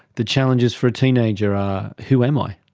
the challenges for a teenager are who am i,